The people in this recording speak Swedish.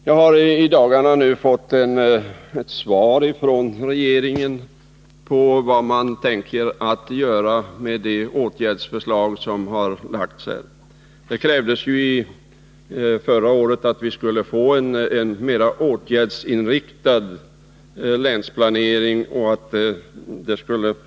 Jag har i dagarna fått ett svar från regeringen om vad man tänker göra med det åtgärdsförslag som lagts fram. Det krävdes förra året att vi skulle få en mera åtgärdsinriktad länsplanering.